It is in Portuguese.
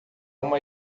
uma